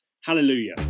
hallelujah